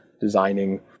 designing